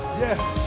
yes